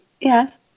Yes